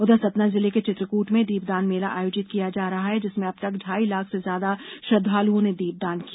उधर सतना जिले के चित्रकृट में दीपदान मेला आयोजित किया जा रहा है जिसमें अब तक ढाई लाख से ज्यादा श्रद्वालुओं ने दीपदान किया